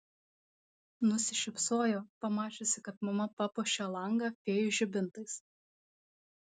nusišypsojo pamačiusi kad mama papuošė langą fėjų žibintais